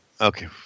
Okay